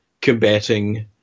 combating